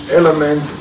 element